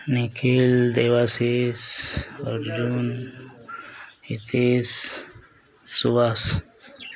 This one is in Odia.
ନିଖିଲ ଦେବାଶିଷ ଅର୍ଜୁନ ହିତେଶ ସୁବାଷ